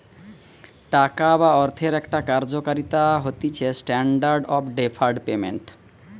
টাকা বা অর্থের একটা কার্যকারিতা হতিছেস্ট্যান্ডার্ড অফ ডেফার্ড পেমেন্ট